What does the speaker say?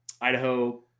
Idaho